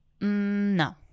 no